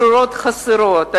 בשורות חסרות,